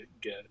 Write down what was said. get